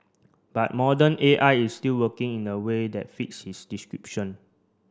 but modern A I is still working in the way that fits his description